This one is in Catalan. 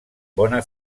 bona